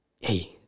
Hey